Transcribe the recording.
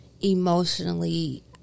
emotionally